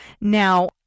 now